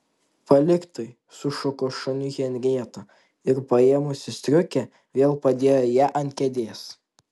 palik tai sušuko šuniui henrieta ir paėmusi striukę vėl padėjo ją ant kėdės